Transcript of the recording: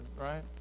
right